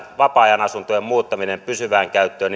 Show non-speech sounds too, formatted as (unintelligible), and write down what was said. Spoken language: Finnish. vapaa ajanasuntojen muuttamisesta pysyvään käyttöön (unintelligible)